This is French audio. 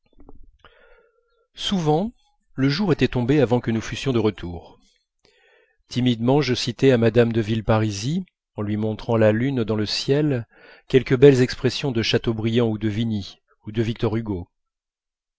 souvent le jour était tombé avant que nous fussions de retour timidement je citais à mme de villeparisis en lui montrant la lune dans le ciel quelque belle expression de chateaubriand ou de vigny ou de victor hugo